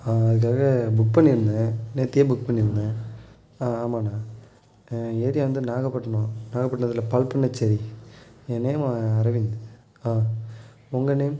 அதுக்காக புக் பண்ணியிருந்தேன் நேற்றியே புக் பண்ணியிருந்தேன் ஆ ஆமாண்ண ஏரியா வந்து நாகப்பட்னம் நாகப்பட்டினத்தில் பால்பண்ணச்சேரி என் நேம் அரவிந்த் ஆ உங்கள் நேம்